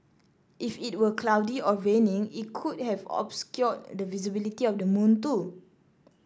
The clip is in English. if it were cloudy or raining it could have obscured the visibility of the moon too